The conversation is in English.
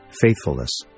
faithfulness